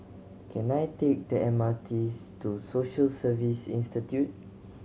can I take the M R Ts to Social Service Institute